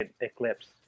eclipse